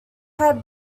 had